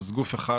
אז גוף אחד,